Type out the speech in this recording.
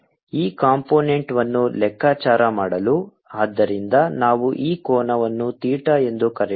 daE 14π0 q ks2v2t2 ಈಗ ಈ ಕಂಪೋನೆಂಟ್ವನ್ನು ಲೆಕ್ಕಾಚಾರ ಮಾಡಲು ಆದ್ದರಿಂದ ನಾವು ಈ ಕೋನವನ್ನು ಥೀಟಾ ಎಂದು ಕರೆಯೋಣ